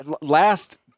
last